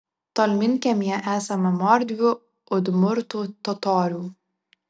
tolminkiemyje esama mordvių udmurtų totorių